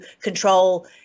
control